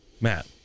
Matt